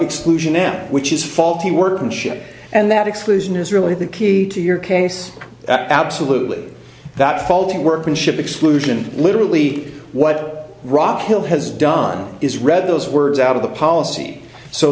exclusion act which is faulty workmanship and that exclusion is really the key to your case absolutely that faulty workmanship exclusion literally what rob hill has done is read those words out of the policy so